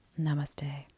Namaste